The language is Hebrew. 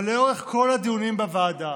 אבל לאורך כל הדיונים בוועדה